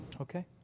Okay